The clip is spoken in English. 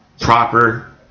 proper